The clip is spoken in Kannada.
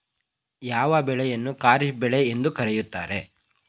ಯಾವ ಬೆಳೆಯನ್ನು ಖಾರಿಫ್ ಬೆಳೆ ಎಂದು ಕರೆಯುತ್ತಾರೆ?